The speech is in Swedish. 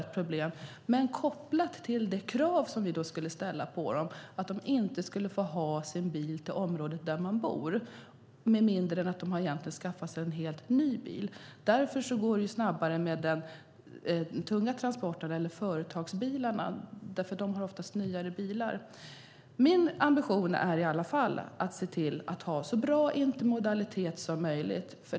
Detta skulle då kopplas till ett krav som vi skulle ställa på dem att de inte skulle få ta sin bil till det område där de bor med mindre än att de skaffar sig en helt ny bil. Därför går det snabbare med de tunga transporterna och med företagsbilarna, för det handlar oftast om nyare bilar. Min ambition är i alla fall att se till att ha så bra intermodalitet som möjligt.